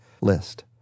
list